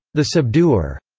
the subduer,